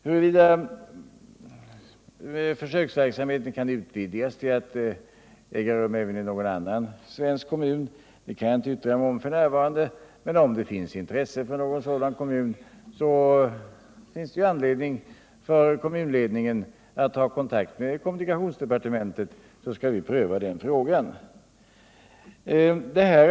Huruvida försöksverksamheten kan utvidgas till att även äga rum i någon annan svensk kommun kan jag f. n. inte yttra mig om, men om det finns intresse från någon sådan kommun finns det anledning för kommunledningen att ta kontakt med kommunikationsdepartementet, som kommer att pröva frågan.